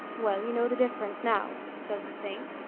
well, you know the difference now, says the saint.